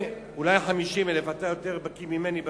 50,000. אולי 50,000. כתימני אתה יותר בקי ממני במספרים.